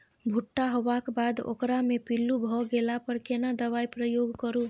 भूट्टा होबाक बाद ओकरा मे पील्लू भ गेला पर केना दबाई प्रयोग करू?